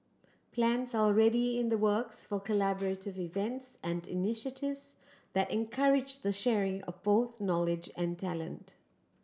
plans are already in the works for collaborative events and initiatives that encourage the sharing of both knowledge and talent